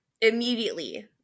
immediately